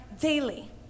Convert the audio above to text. daily